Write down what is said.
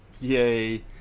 Yay